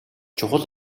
чухал